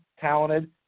talented